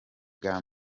bwa